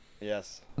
Yes